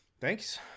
Thanks